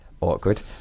awkward